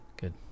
good